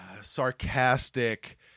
sarcastic